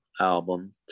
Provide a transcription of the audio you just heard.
album